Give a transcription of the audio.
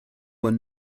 were